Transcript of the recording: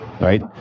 right